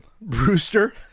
Brewster